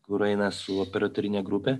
kur eina su operatorine grupe